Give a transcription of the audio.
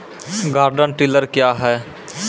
Garden tiller क्या हैं?